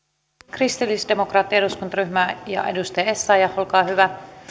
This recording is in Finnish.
kristillisdemokraattinen eduskuntaryhmä ja edustaja essayah olkaa hyvä